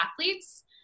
athletes